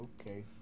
Okay